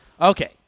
Okay